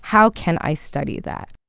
how can i study that?